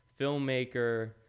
filmmaker